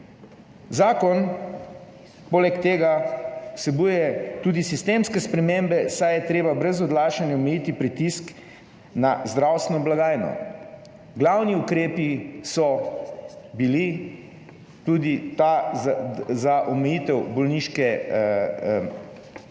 Zakon poleg tega vsebuje tudi sistemske spremembe, saj je treba brez odlašanja omejiti pritisk na zdravstveno blagajno. Glavni ukrepi so bili tudi ta omejitev bolniške, ki je